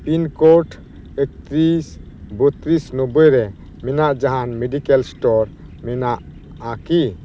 pincode ᱮᱠᱛᱤᱨᱤᱥ ᱵᱚᱛᱤᱨᱤᱥ ᱱᱚᱵᱵᱳᱭ ᱨᱮ ᱤᱧᱟᱹᱜ ᱡᱟᱦᱟᱸ ᱢᱮᱰᱤᱠᱮᱞ ᱥᱴᱳᱨ ᱢᱮᱱᱟᱜᱼᱟ ᱠᱤ